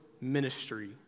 ministry